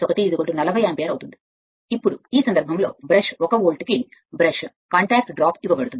కాబట్టి 40 యాంపియర్ ఇప్పుడు ఈ సందర్భంలో బ్రష్ 1 వోల్ట్కు బ్రష్ కాంటాక్ట్ డ్రాప్ ఇవ్వబడుతుంది